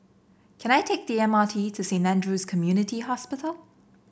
can I take the M R T to Saint Andrew's Community Hospital